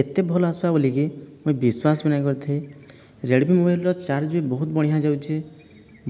ଏତେ ଭଲ ଆସିବ ବୋଲିକି ମୁଁ ବିଶ୍ଵାସ ବି ନାହିଁ କରିଥାଇ ରେଡ୍ମି ମୋବାଇଲ୍ର ଚାର୍ଜ୍ ବି ବହୁତ ବଢ଼ିଆ ଯାଉଛି